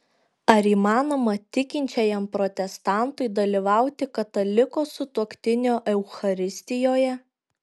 ar įmanoma tikinčiajam protestantui dalyvauti kataliko sutuoktinio eucharistijoje